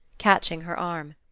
catching her arm.